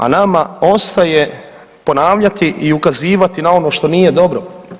A nama ostaje ponavljati i ukazivati na ono što nije dobro.